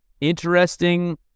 interesting